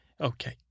okay